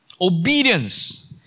Obedience